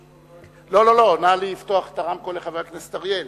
נא לפתוח את הרמקול לחבר הכנסת אריאל.